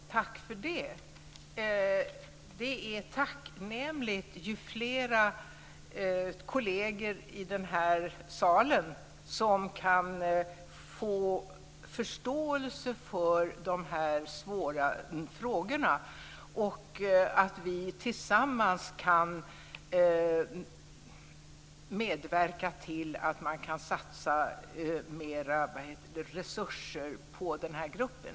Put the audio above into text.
Herr talman! Tack för det! Det är tacknämligt ju flera kolleger i den här salen som kan få förståelse för de här svåra frågorna och att vi tillsammans kan medverka till att man kan satsa mera resurser på den här gruppen.